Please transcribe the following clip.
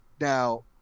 Now